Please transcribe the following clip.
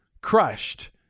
crushed